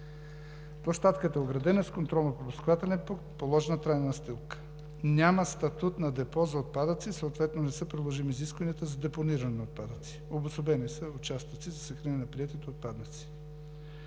Площадката е оградена с контролно-пропускателен пункт, положена е трайна настилка. Няма статут на депо за отпадъци, съответно не са приложими изискванията за депонирани отпадъци. Обособени са участъци за съхранение на приетите отпадъци.